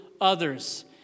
others